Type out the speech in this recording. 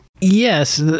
Yes